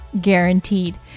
guaranteed